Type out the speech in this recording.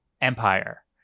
empire